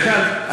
יותר קל?